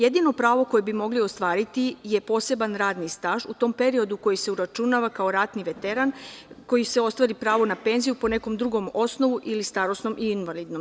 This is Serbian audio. Jedino pravo koje bi mogli ostvariti je poseban radni staž u tom periodu koji se uračunava kao ratni veteran, koji se ostvari pravo na penziju po nekom drugom osnovu ili starosnom i invalidnom.